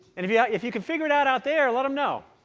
and if yeah if you can figure it out out there, let them know.